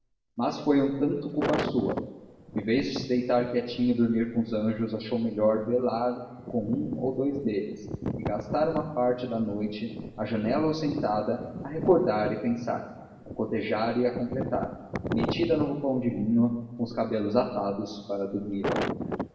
mas foi um tanto culpa sua em vez de se deitar quietinha e dormir com os anjos achou melhor velar com um dos dous deles e gastar uma parte da noite à janela ou sentada a recordar e a pensar a cotejar e a completar metida no roupão de linho com os cabelos atados para dormir